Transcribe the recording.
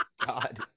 God